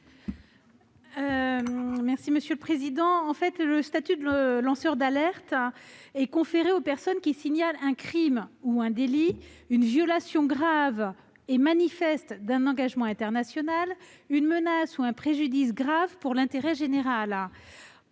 est l'avis de la commission ? Le statut de lanceur d'alerte est conféré aux personnes qui signalent un crime ou un délit, une violation grave et manifeste d'un engagement international, une menace ou un préjudice grave pour l'intérêt général.